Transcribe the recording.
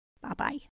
Bye-bye